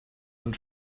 und